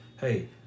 hey